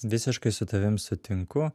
visiškai su tavim sutinku